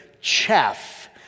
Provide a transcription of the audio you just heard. chaff